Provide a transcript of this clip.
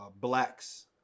blacks